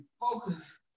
focus